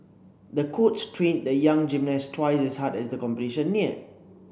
the coach trained the young gymnast twice as hard as the competition neared